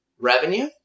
Revenue